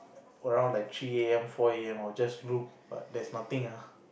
around like three a_m four a_m I would just look but there's nothing ah